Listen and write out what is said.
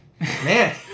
Man